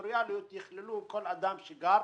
בטריטוריאליות יכללו כל אדם שגר